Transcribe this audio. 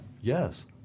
yes